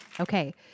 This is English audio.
Okay